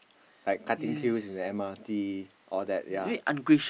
like cutting queues in the M_R_T all that ya